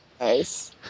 nice